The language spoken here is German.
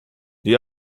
die